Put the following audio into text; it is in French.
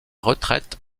retraite